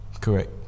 Correct